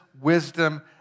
wisdom